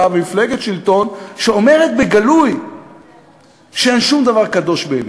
ומפלגת שלטון שאומרת בגלוי שאין שום דבר קדוש בעיניה,